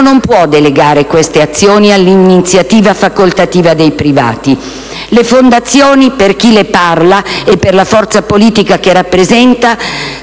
non può delegare queste azioni all'iniziativa facoltativa dei privati. Le fondazioni, per chi le parla e per la forza politica che rappresenta,